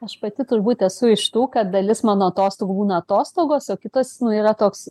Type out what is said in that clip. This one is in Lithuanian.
aš pati turbūt esu iš tų kad dalis mano atostogų būna atostogos o kitas nu yra toks